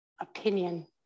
opinion